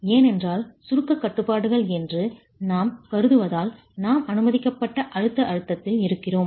ஏனென்றால் சுருக்கக் கட்டுப்பாடுகள் என்று நாம் கருதுவதால் நாம் அனுமதிக்கப்பட்ட அழுத்த அழுத்தத்தில் இருக்கிறோம்